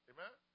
Amen